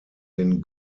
den